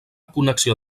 connexió